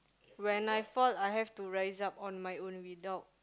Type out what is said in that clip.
when I fall I have to rise up on my own without